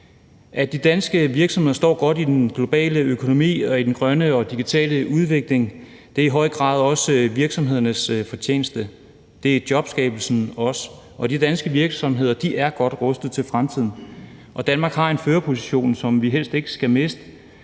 At de danske virksomheder står godt i den globale økonomi og den grønne og digitale udvikling, er i høj grad også virksomhedernes fortjeneste, det er jobskabelsen også, og de danske virksomheder er godt rustet til fremtiden. Danmark har en førerposition, som vi helst ikke skal miste,